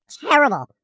terrible